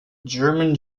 german